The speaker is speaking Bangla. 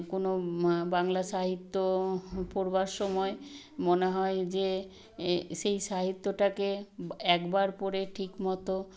কোনও বাংলা সাহিত্য পড়বার সময় মনে হয় যে সেই সাহিত্যটাকে একবার পড়ে ঠিকমতো